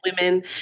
women